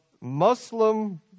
Muslim